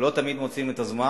ולא תמיד מוצאים את הזמן.